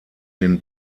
den